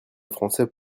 français